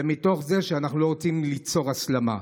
זה מתוך זה שאנחנו לא רוצים ליצור הסלמה.